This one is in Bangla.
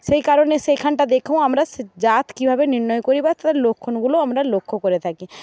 সেই কারণে সেইখানটা দেখেও আমরা জাত কীভাবে নির্ণয় করি বা তার লক্ষণগুলো আমরা লক্ষ্য করে থাকি